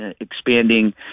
expanding